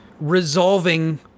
resolving